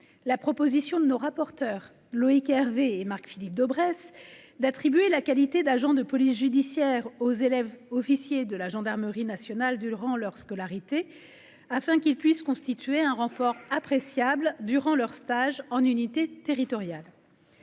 la proposition de nos rapporteurs Loïc Hervé et Marc Philippe Daubresse, d'attribuer la qualité d'agent de police judiciaire aux élèves officiers de la gendarmerie nationale durant leur scolarité afin qu'il puisse constituer un renfort appréciable durant leur stage en unité territoriale.